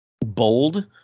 bold